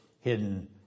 hidden